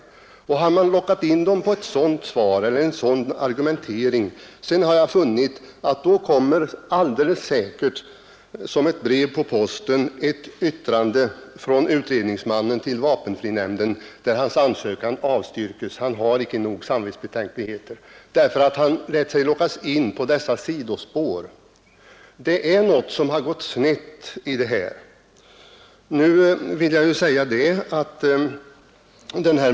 Har man lockat in den sökande på en sådan argumentering, kommer alldeles säkert såsom ett brev på posten ett yttrande från utredningsmannen till vapenfrinämnden, där den sökandes ansökan avstyrkes. Den sökande har inte nog samvetsbetänkligheter, eftersom han lät sig lockas in på detta sidospår. Det är någonting som har gått snett i detta.